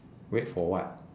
wait for what